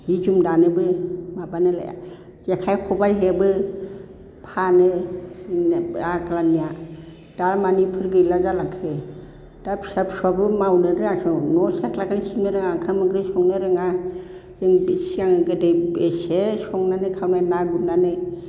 जि जोम दानोबो माबानोलाय जेखाइ खबाइ हेबो फानो जोंना आगोलनिया दा मानो बेफोर गैला जालांखो दा फिसा फिसौआबो मावनो रोङासं न' सिथ्लाखौबो सिबनो रोङा ओंखाम ओंख्रि संनो रोङा जों बे सिगां गोदो बेसे संनानै खावनानै ना गुरनानै